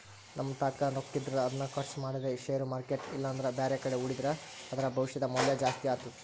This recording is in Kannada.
ನಮ್ಮತಾಕ ರೊಕ್ಕಿದ್ರ ಅದನ್ನು ಖರ್ಚು ಮಾಡದೆ ಷೇರು ಮಾರ್ಕೆಟ್ ಇಲ್ಲಂದ್ರ ಬ್ಯಾರೆಕಡೆ ಹೂಡಿದ್ರ ಅದರ ಭವಿಷ್ಯದ ಮೌಲ್ಯ ಜಾಸ್ತಿ ಆತ್ತು